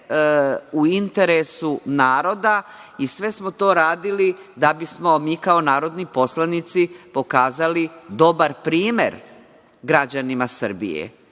u interesu naroda i sve smo to radili da bismo mi kao narodni poslanici pokazali dobar primer građanima Srbije.